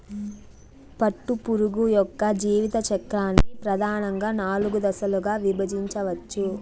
పట్టుపురుగు యొక్క జీవిత చక్రాన్ని ప్రధానంగా నాలుగు దశలుగా విభజించవచ్చు